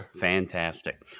Fantastic